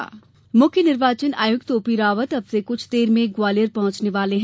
निर्वाचन आयुक्त मुख्य निर्वाचन आयुक्त ओपी रावत अब से कुछ देर में ग्वालियर पहुंचने वाले है